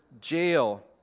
Jail